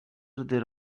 their